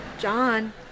John